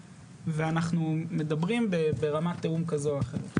ואנחנו מדברים ברמת תיאום כזו או אחרת.